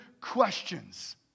questions